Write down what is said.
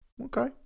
Okay